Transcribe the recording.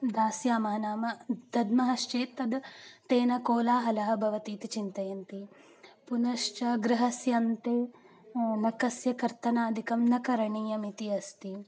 दास्यामः नाम दद्मश्चेत् तद् तेन कोलाहलः भवति इति चिन्तयन्ति पुनश्च गृहस्य अन्ते नखस्य कर्तनादिकं न करणीयम् इति अस्ति